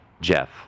Jeff